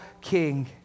king